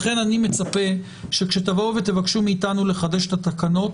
לכן אני מצפה שכאשר תבואו ותבקשו מאתנו לחדש את התקנות,